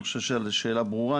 אני חושב שהשאלה ברורה.